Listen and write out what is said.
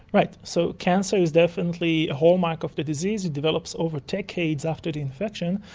right, so cancer is definitely a hallmark of the disease, it develops over decades after the infection,